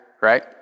right